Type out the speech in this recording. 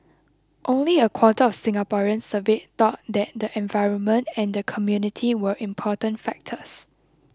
only a quarter of Singaporeans surveyed thought that the environment and the community were important factors